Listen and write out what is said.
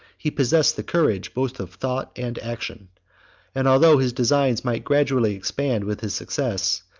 he possessed the courage both of thought and action and, although his designs might gradually expand with his success,